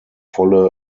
volle